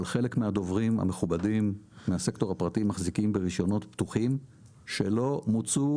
חלק מהדוברים המכובדים מהסקטור הפרטי מחזיקים ברישיונות פתוחים שלא מוצו